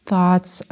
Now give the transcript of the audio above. Thoughts